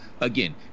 Again